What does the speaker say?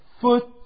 foot